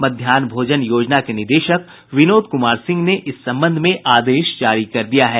मध्याहन भोजना योजना के निदेशक विनोद कुमार सिंह ने इस संबंध में आदेश जारी कर दिया है